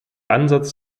ansatz